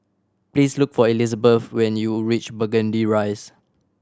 please look for Elisabeth when you reach Burgundy Rise